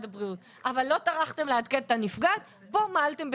הבריאות אבל לא טרחתם לעדכן את הנפגעת פה מעלתם בתפקידכם.